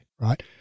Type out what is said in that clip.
right